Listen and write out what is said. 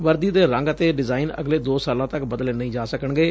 ਵਰਦੀ ਦੇ ਰੰਗ ਅਤੇ ਡਿਜ਼ਾਇਨ ਅਗਲੇ ਦੋ ਸਾਲਾਂ ਤੱਕ ਬਦਲੇ ਨਹੀਂ ਜਾ ਸਕਣਗੇ